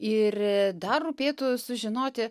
ir dar rūpėtų sužinoti